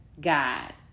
God